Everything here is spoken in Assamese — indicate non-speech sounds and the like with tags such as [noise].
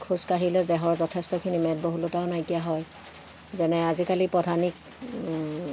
খোজকাঢ়িলে দেহৰ যথেষ্টখিনি মেদবহুলতাও নাইকিয়া হয় যেনে আজিকালি [unintelligible]